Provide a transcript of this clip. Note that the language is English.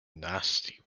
nasty